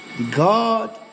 God